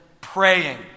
praying